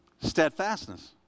steadfastness